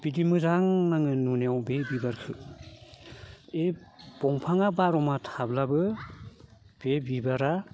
बिदि मोजां नाङो नुनायाव बे बिबारखौ बे बिफाङा बार' माह थाब्लाबो बे बिबारा